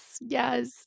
yes